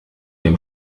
dem